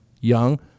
young